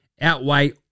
outweigh